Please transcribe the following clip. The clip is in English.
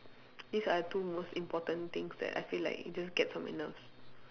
these are two most important things that I feel like it just gets on my nerves